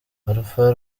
alpha